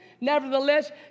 Nevertheless